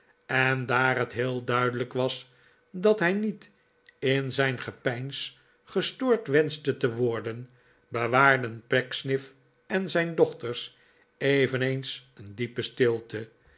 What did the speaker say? en daar het heel duidelijk was dat hij niet in zijn gepeins gestoord wenschte te worden bewaarden pecksniff en zijn dochters eveneens een diepe stilte